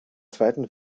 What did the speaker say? zweiten